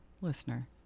listener